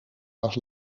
was